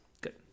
Good